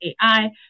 AI